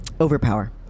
Overpower